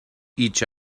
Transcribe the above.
each